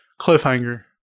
cliffhanger